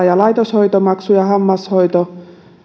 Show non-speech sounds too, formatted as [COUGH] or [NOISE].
[UNINTELLIGIBLE] ja laitoshoitomaksuja hammashoito